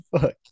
fuck